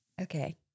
Okay